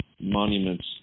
monuments